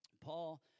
Paul